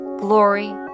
glory